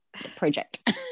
project